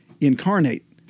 incarnate